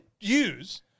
use